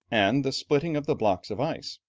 and the splitting of the blocks of ice.